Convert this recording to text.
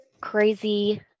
crazy